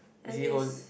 is it hose